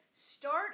Start